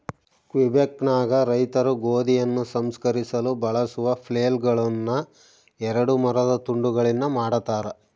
ಕ್ವಿಬೆಕ್ನಾಗ ರೈತರು ಗೋಧಿಯನ್ನು ಸಂಸ್ಕರಿಸಲು ಬಳಸುವ ಫ್ಲೇಲ್ಗಳುನ್ನ ಎರಡು ಮರದ ತುಂಡುಗಳಿಂದ ಮಾಡತಾರ